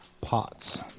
pots